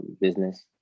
business